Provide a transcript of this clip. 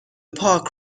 park